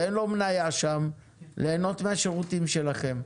ואין לו מניה שם, ליהנות מהשירותים שלכם.